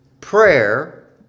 Prayer